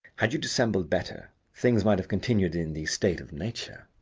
had you dissembled better, things might have continued in the state of nature.